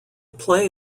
play